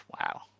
wow